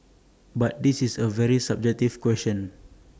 but this is A very subjective question